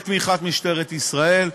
בתמיכת משטרת ישראל,